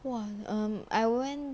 !wah! I went